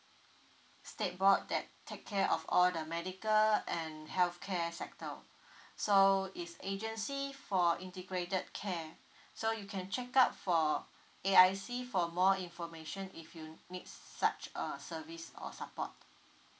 state board that take care of all the medical and healthcare sector so is agency for integrated care so you can check out for A_I_C for more information if you need such a service or support